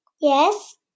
Yes